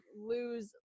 lose